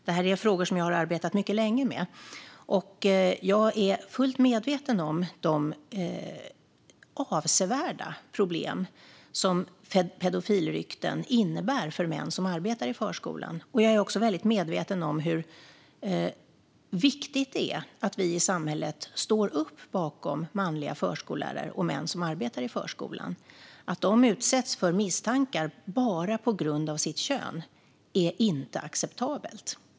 Det här är frågor som jag har arbetat mycket länge med, och jag är fullt medveten om de avsevärda problem som pedofilrykten innebär för män som arbetar i förskolan. Jag är också väldigt medveten om hur viktigt det är att vi i samhället står upp bakom manliga förskollärare och män som arbetar i förskolan. Att de utsätts för misstankar bara på grund av sitt kön är inte acceptabelt.